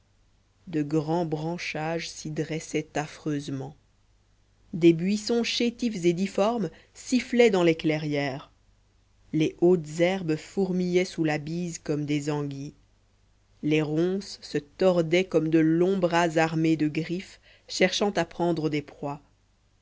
de grands branchages s'y dressaient affreusement des buissons chétifs et difformes sifflaient dans les clairières les hautes herbes fourmillaient sous la bise comme des anguilles les ronces se tordaient comme de longs bras armés de griffes cherchant à prendre des proies